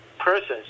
persons